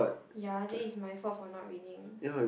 yea then it's my fault for not reading